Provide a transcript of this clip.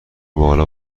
بالا